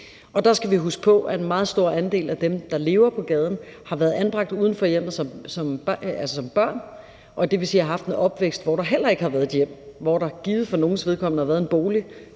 Og der skal vi huske på, at en meget stor andel af dem, der lever på gaden, har været anbragt uden for hjemmet som børn, og det vil sige, at de har haft en opvækst, hvor der heller ikke har været et hjem – hvor der givetvis for nogles vedkommende har været en bolig